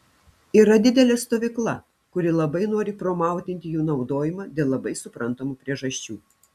yra didelė stovykla kuri labai nori promautinti jų naudojimą dėl labai suprantamų priežasčių